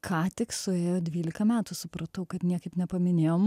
ką tik suėjo dvylika metų supratau kad niekaip nepaminėjom